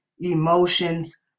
emotions